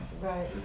right